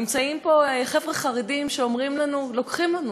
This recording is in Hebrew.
נמצאים חבר'ה חרדים שאומרים לנו: לוקחים לנו,